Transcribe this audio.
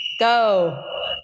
Go